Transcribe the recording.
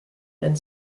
and